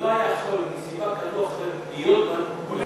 לא היה יכול מסיבה כזו או אחרת להיות כאן,